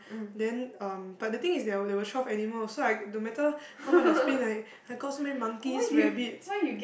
then um but the thing is there were there were twelve animals so I no matter how much I spin like I got so many monkeys rabbits